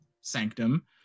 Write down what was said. sanctum